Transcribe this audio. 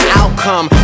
outcome